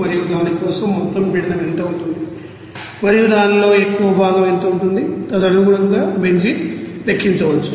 మరియు దాని కోసం మొత్తం పీడనం ఎంత ఉంటుంది మరియు దానిలో ఎక్కువ భాగం ఎంత ఉంటుంది తదనుగుణంగా బెంజీన్ లెక్కించవచ్చు